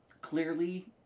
clearly